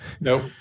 Nope